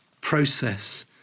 process